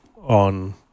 on